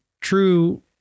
true